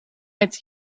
its